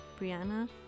Brianna